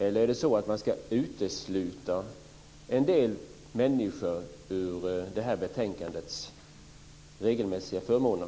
Eller är det så att man ska utesluta en del människor från det här betänkandets regelmässiga förmåner?